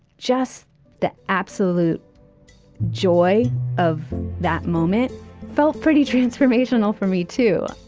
just the absolute joy of that moment felt pretty transformational for me, too